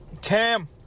Cam